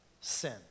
sin